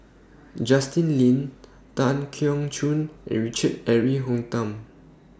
Justin Lean Tan Keong Choon and Richard Eric Holttum